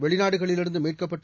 வெளிநாடுகளிலிருந்து மீட்கப்பட்டு